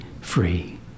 free